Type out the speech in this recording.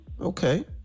Okay